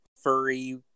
furry